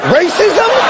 racism